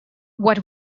what